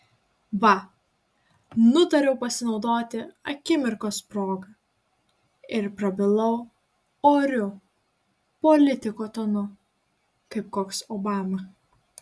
va nutariau pasinaudoti akimirkos proga ir prabilau oriu politiko tonu kaip koks obama